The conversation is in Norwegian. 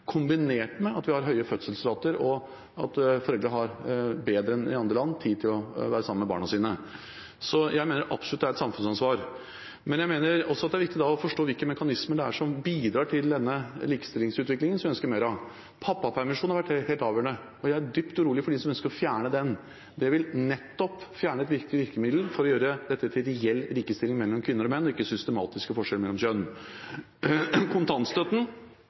kombinert med at vi har høye fødselsrater, og at foreldre mer enn i andre land har tid til å være sammen med barna sine. Så jeg mener absolutt det er et samfunnsansvar. Men jeg mener også at det er viktig å forstå hvilke mekanismer det er som bidrar til denne likestillingsutviklingen, som vi ønsker mer av. Pappapermisjonen har vært helt avgjørende. Jeg er dypt urolig for dem som ønsker å fjerne den. Det vil fjerne et viktig virkemiddel for å få reell likestilling mellom kvinner og menn, og ikke systematiske forskjeller mellom kjønn. Når det gjelder kontantstøtten,